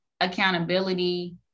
accountability